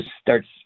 starts